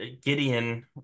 Gideon